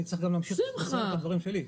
אני צריך גם להמשיך את הדברים שלי.